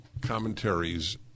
commentaries